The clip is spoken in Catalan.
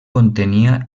contenia